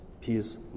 Peace